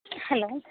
hello